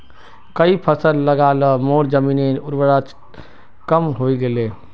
कई फसल लगा ल मोर जमीनेर उर्वरता कम हई गेले